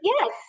yes